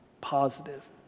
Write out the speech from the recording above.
positive